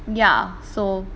ya so